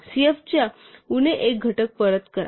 cf चा उणे 1 घटक परत करा